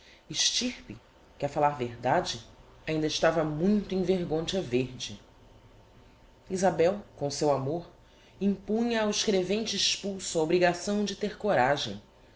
que a fallar verdade ainda estava muito em vergontea verde isabel com o seu amor impunha ao escrevente expulso a obrigação de ter coragem